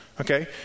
Okay